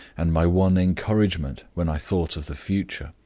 and my one encouragement when i thought of the future.